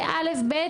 זה א'-ב',